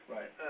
Right